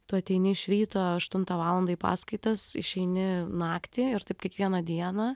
tu ateini iš ryto aštuntą valandą į paskaitas išeini naktį ir taip kiekvieną dieną